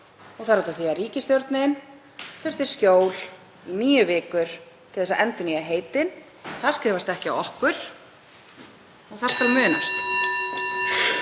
og það er út af því að ríkisstjórnin þurfti skjól í níu vikur til að endurnýja heitin. Það skrifast ekki á okkur og það skal munað.